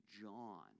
John